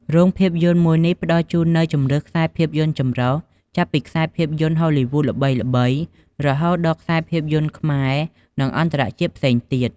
រោងភាពយន្តមួយនេះផ្តល់ជូននូវជម្រើសខ្សែភាពយន្តចម្រុះ ចាប់ពីខ្សែភាពយន្តហូលីវូដល្បីៗ រហូតដល់ខ្សែភាពយន្តខ្មែរ និងអន្តរជាតិផ្សេងទៀត។